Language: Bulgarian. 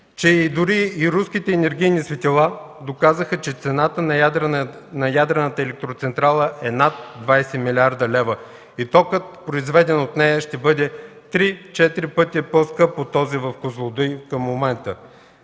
дори и руските енергийни светила доказаха, че цената на ядрената електроцентрала е над 20 млрд. лв. И токът, произведен от нея, ще бъде 3-4 пъти по-скъп от този в „Козлодуй” към момента.